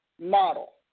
model